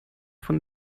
von